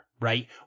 right